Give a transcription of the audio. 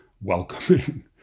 welcoming